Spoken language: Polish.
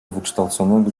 wykształconego